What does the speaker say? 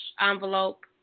envelope